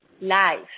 life